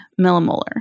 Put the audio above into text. millimolar